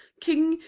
king,